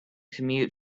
commute